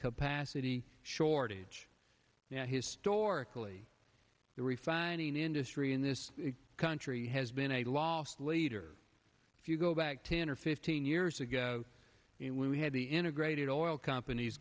capacity shortage historically the refining industry in this country has been a loss leader if you go back ten or fifteen years ago when we had the integrated oil companies